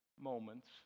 moments